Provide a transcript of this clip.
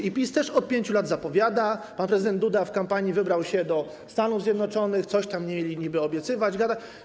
I PiS też od 5 lat zapowiada, pan prezydent Duda w kampanii wybrał się do Stanów Zjednoczonych, coś tam mieli niby obiecywać, gadać.